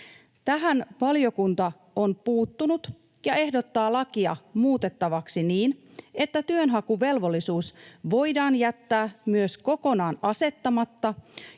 Tähän valiokunta on puuttunut ja ehdottaa lakia muutettavaksi niin, että työnhakuvelvollisuus voidaan jättää myös kokonaan asettamatta,